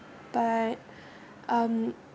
but um